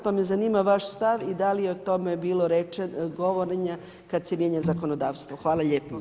Pa me zanima vaš stav i da li je o tome bilo govorenja kada se mijenja zakonodavstvo?